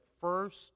first